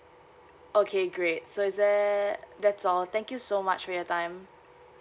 okay great so is there that's all thank you so much for your time